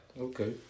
Okay